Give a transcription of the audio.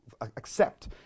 accept